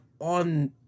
on